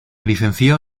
licenció